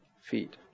feet